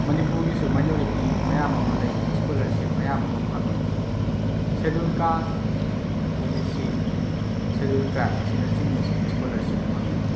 ꯃꯅꯤꯄꯨꯔꯒꯤꯁꯨ minority ꯃꯌꯥꯝ ꯑꯃ ꯂꯩ ꯁ꯭ꯀꯣꯂꯔꯁꯤꯞ ꯃꯌꯥꯝ ꯑꯃ ꯐꯪꯏ schedule caste O B C schedule tribe ꯑꯁꯤꯅ ꯆꯤꯡꯕꯁꯤ ꯁ꯭ꯀꯣꯂꯔꯁꯤꯞ ꯐꯪꯏ